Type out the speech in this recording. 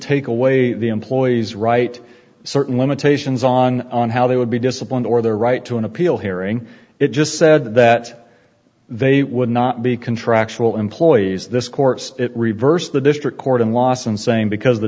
take away the employee's right certain limitations on on how they would be disciplined or their right to an appeal hearing it just said that they would not be contractual employees this courts it reversed the district court in lawson saying because